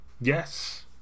Yes